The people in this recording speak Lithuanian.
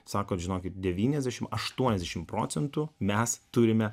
sako žinokit devyniasdešim aštuoniasdešim procentų mes turime